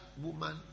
woman